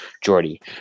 Jordy